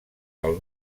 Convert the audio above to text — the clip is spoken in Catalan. del